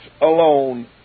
alone